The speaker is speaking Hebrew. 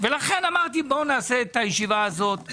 לכן אמרתי, בואו נעשה את הישיבה הזאת.